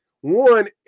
One